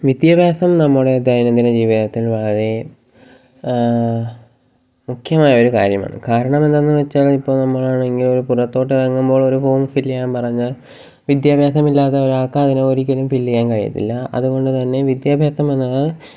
വിദ്യാഭ്യാസം നമ്മുടെ ദൈനംദിന ജീവിതത്തില് വളരെ മുഖ്യമായൊരു കാര്യമാണ് കാരണം എന്താണെന്നുവച്ചാലിപ്പോള് നമ്മളാണെങ്കില് ഒരു പുറത്തോട്ടിറങ്ങുമ്പോള് ഒരു ഫോം ഫില്ല് ചെയ്യാന് പറഞ്ഞാല് വിദ്യാഭ്യാസം ഇല്ലാതെ ഒരാള്ക്കതിനൊരിക്കലും ഫില്ല് ചെയ്യാന് കഴിയത്തില്ല അതുകൊണ്ട് തന്നെ വിദ്യാഭ്യാസം എന്നത്